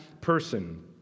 person